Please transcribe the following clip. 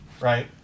Right